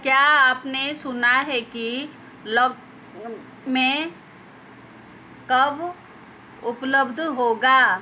क्या आपने सुना है कि लक़्मे कब उपलब्ध होगा